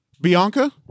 Bianca